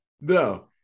no